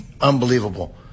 unbelievable